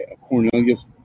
Cornelius